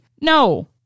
no